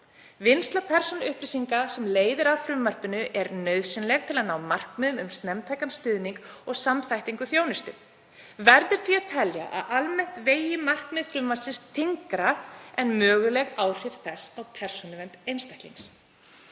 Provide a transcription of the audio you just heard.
Vinnsla persónuupplýsinga sem leiðir af frumvarpinu er nauðsynleg til að ná markmiðum um snemmtækan stuðning og samþættingu þjónustu. Verður því að telja að almennt vegi markmið frumvarpsins þyngra en möguleg áhrif þess á persónuvernd einstaklings.“